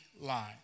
line